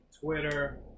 Twitter